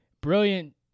brilliant